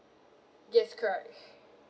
yes correct